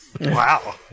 Wow